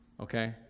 Okay